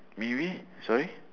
sorry